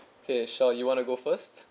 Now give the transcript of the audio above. okay shel you wanna go first